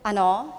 Ano?